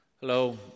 Hello